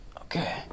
Okay